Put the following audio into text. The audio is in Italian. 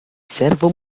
servo